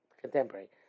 contemporary